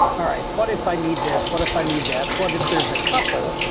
alright. what if i need this, what if i need that. what if there's a couple,